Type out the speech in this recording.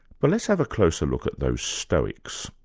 but let's have a closer look at those stoics,